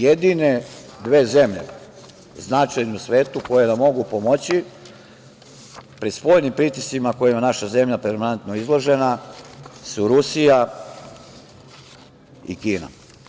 Jedine dve zemlje značajne u svetu koje nam mogu pomoći pri spoljnim pritiscima kojima je naša zemlja permanentno izložena su Rusija i Kina.